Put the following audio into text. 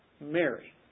Mary